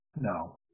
No